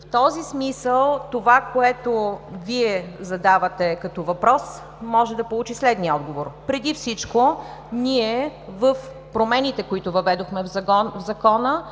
В този смисъл това, което Вие задавате като въпрос, може да получи следния отговор. Преди всичко ние с промените, които въведохме в Закона,